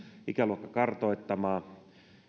ikäluokan kartoittamaan